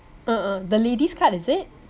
(uh huh) the lady's card is it